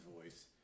voice